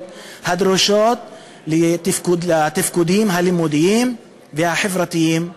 הדרושות לתפקודים הלימודיים והחברתיים שלהם.